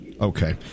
okay